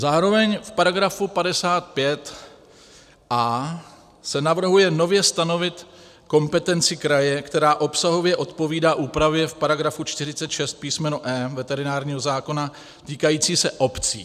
Zároveň v § 55a se navrhuje nově stanovit kompetenci kraje, která obsahově odpovídá úpravě v § 46e veterinárního zákona týkající se obcí.